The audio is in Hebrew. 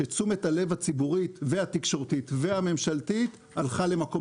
שתשומת הלב הציבורית והתקשורתית והממשלתית הלכה למקום